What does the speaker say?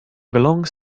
belongs